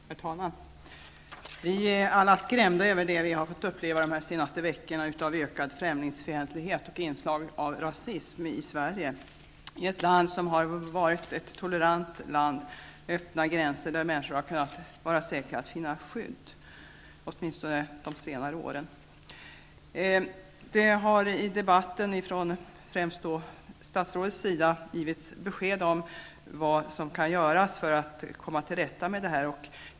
Herr talman! Vi är alla skrämda av det som vi under de senaste veckorna har fått uppleva i form av ökad främlingsfientlighet och inslag av rasism i Sverige, ett land som har varit tolerant och med öppna gränser där människor har kunnat vara säkra på att finna skydd, åtminstone under de senaste åren. Under debatten har statsrådet givit besked om vad som kan göras för att komma till rätta med problemet.